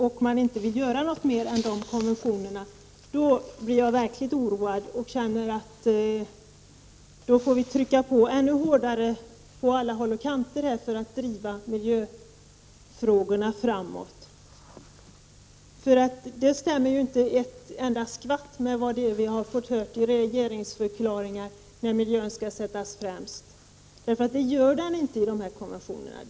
Vill man inte göra mer än de konventionerna, då blir jag verkligt oroad och känner att vi måste trycka på ännu hårdare på alla håll och kanter för att driva miljöfrågorna framåt. Det som sker stämmer ju inte ett enda skvatt med vad vi har fått höra i regeringsförklaringar om att miljön skall sättas främst. Miljön sätts inte främst i de här konventionerna.